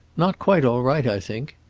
not quite all right, i think.